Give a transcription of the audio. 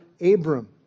Abram